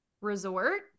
Resort